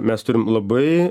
mes turim labai